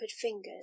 fingers